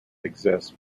exists